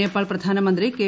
നേപ്പാൾ പ്രധാനമന്ത്രി കെ